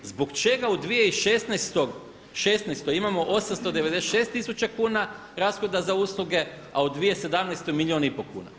Zbog čega u 2016. imamo 896 tisuća kuna rashoda za usluge a u 2017. milijun i pol kuna.